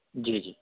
جی جی